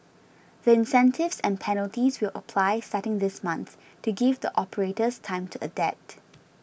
the incentives and penalties will apply starting this month to give the operators time to adapt